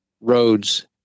roads